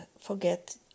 forget